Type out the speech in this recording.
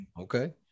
Okay